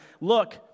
Look